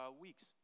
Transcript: weeks